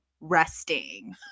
resting